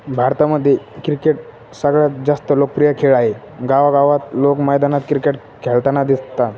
भारतामध्ये क्रिकेट सगळ्यात जास्त लोकप्रिय खेळ आहे गावागावात लोक मैदानात क्रिकेट खेळताना दिसतात